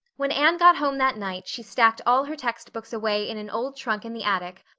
when anne got home that night she stacked all her textbooks away in an old trunk in the attic,